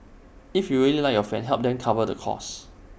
if you really like your friend help them cover the cost